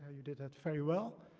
you did that very well.